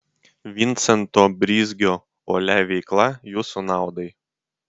vincento brizgio uolia veikla jūsų naudai